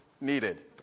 needed